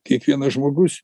kiekvienas žmogus